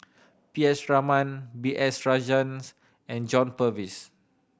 P S Raman B S Rajhans and John Purvis